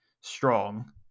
strong